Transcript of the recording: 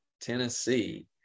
Tennessee